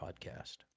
podcast